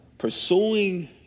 Pursuing